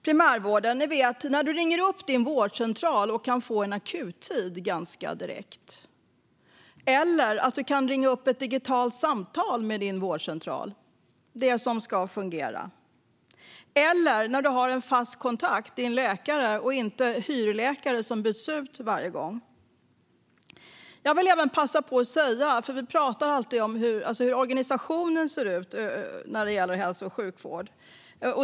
Primärvården, den ni vet där du ringer upp din vårdcentral och kan få en akuttid ganska direkt eller kan ringa upp ett digitalt samtal med din vårdcentral, det som ska fungera, eller när du har en fast läkarkontakt och inte hyrläkare som byts ut varje gång. Vi pratar alltid om hur organisationen ser ut när det gäller hälso och sjukvård.